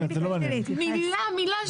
מילה, מילה.